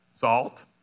salt